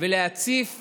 ולהציף